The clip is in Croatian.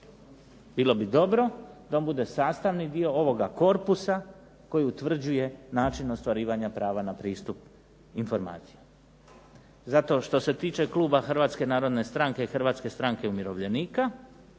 Bilo bi dobro da on bude sastavni dio ovoga korpusa, koji utvrđuje način ostvarivanja prava na pristup informacijama. Zašto što se tiče kluba Hrvatske narodne stranke, Hrvatske stranke umirovljenika,